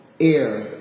air